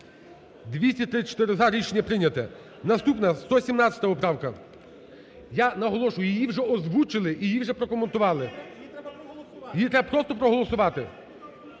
за. Рішення прийняте. Наступна 117 поправка. Я наголошую її вже озвучили і її вже прокоментували, їх треба просто проголосувати